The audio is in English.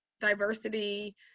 diversity